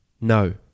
No